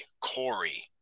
Corey